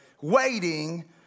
waiting